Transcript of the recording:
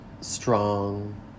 Strong